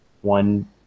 one